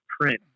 print